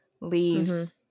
Leaves